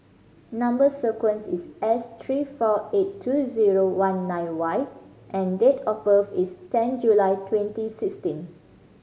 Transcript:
number sequence is S three four eight two zero one nine Y and date of birth is ten July twenty sixteen